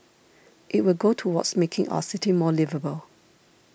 it will go towards making our city more liveable